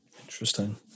Interesting